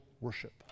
worship